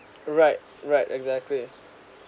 right right exactly